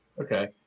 Okay